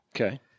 okay